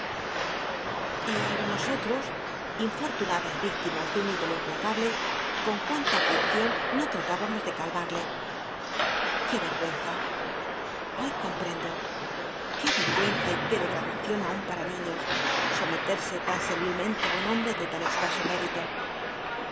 yh osolros infortunadas víctimas de un ídolo implacable con cuánta abyección no trahibamos de calma de qué crgiicnza hoy comp rendo i qué ergiicnza y qué degladacion aun para niños someterse tan sc rl'ilmente á un hombre de tan excaso mérito